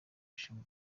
ishuri